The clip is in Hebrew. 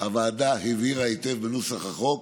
הוועדה הבהירה היטב בנוסח החוק